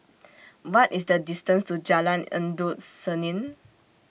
What IS The distance to Jalan Endut Senin